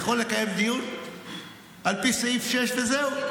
אני יכול לקיים דיון על פי סעיף 6, וזהו.